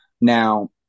now